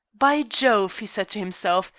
by jove! he said to himself,